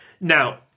Now